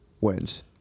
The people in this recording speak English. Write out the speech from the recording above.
wins